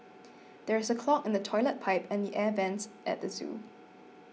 there is a clog in the Toilet Pipe and the Air Vents at the zoo